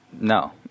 no